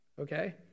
okay